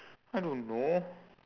I don't know